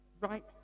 right